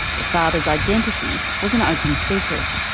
the father's identity was an open secret.